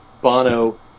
Bono